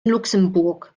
luxemburg